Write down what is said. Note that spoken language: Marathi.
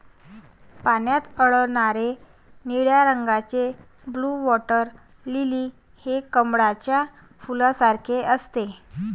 पाण्यात आढळणारे निळ्या रंगाचे ब्लू वॉटर लिली हे कमळाच्या फुलासारखे असते